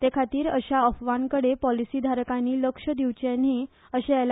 ते खातीर अश्या अफवांकडे पॉलिसीधारकांनी लक्ष दिवचे न्ही अशे एल